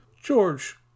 George